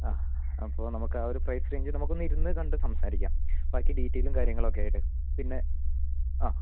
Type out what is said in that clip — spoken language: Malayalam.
ആ അപ്പോൾ നമുക്ക് ആ ഒരു പ്രൈസ് റേഞ്ച് നമുക്കൊന്നിരുന്ന് കണ്ട് സംസാരിക്കാം ബാക്കി ഡീറ്റെയ്ലും കാര്യങ്ങളൊക്കെയായിട്ട് പിന്നെ ആ